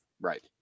Right